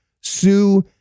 sue